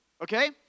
okay